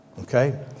Okay